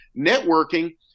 Networking